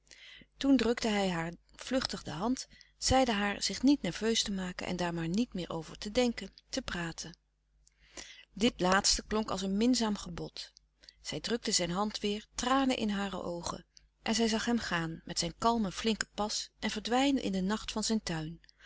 toen drukte hij haar vluchtig de hand zeide haar zich niet nerveus te maken en daar maar niet meer over te denken te praten dit laatste klonk als een minzaam gebod zij drukte zijn hand weêr tranen in hare oogen en zij zag hem gaan met zijn kalmen flinken pas en verdwijnen in den nacht van zijn tuin